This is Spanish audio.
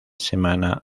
semana